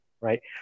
right